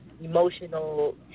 emotional